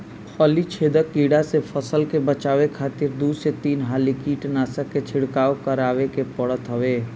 फली छेदक कीड़ा से फसल के बचावे खातिर दू से तीन हाली कीटनाशक के छिड़काव करवावे के पड़त हवे